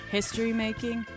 History-making